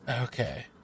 Okay